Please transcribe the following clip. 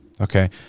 Okay